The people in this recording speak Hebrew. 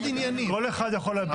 כל אחד יכול להביע עמדה בפני מוסד תכנון.